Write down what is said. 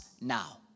now